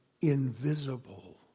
invisible